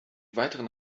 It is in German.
weiteren